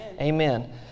Amen